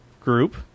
group